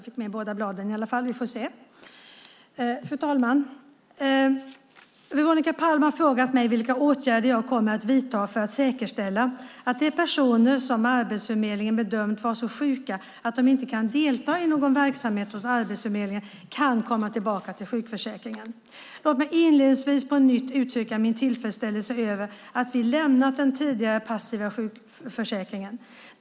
Fru talman! Veronica Palm har frågat mig vilka åtgärder jag kommer att vidta för att säkerställa att de personer som Arbetsförmedlingen bedömt vara så sjuka att de inte kan delta i någon verksamhet hos Arbetsförmedlingen kan komma tillbaka till sjukförsäkringen. Låt mig inledningsvis på nytt uttrycka min tillfredsställelse över att vi lämnat den tidigare passiva sjukförsäkringen.